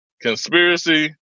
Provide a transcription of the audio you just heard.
conspiracy